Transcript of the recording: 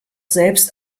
selbst